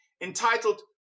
Entitled